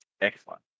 Excellent